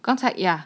刚才 yeah